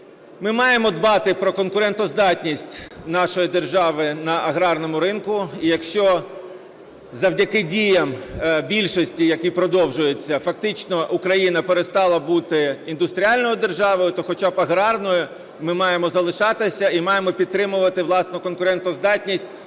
Ми маємо дбати про конкурентоздатність нашої держави на аграрному ринку. І якщо завдяки діям більшості, які продовжуються, фактично Україна перестала бути індустріальною державою, то хоча б аграрною ми маємо залишатися і маємо підтримувати власну конкурентоздатність